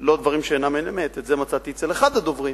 לא דברים שאינם אמת, את זה מצאתי אצל אחד הדוברים,